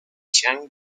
chiang